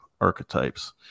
archetypes